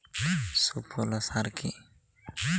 সুফলা সার কি?